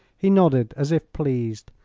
he nodded, as if pleased.